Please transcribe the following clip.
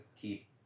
keep